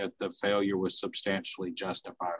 that the failure was substantially justified